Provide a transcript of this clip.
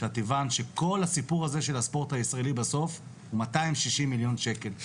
כשאת הבנת שכל הסיפור הזה של הספורט הישראלי בסוף הוא 260 מיליון שקל.